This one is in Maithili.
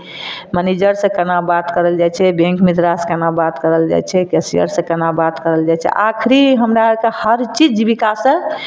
मनेजर से केना बात करल जाइ छै बैंक से केना बात करल जाइ छै केशियर से केना बात करल जाइ छै आखरी हमरा आरके हर चीज बिकासक